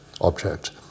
object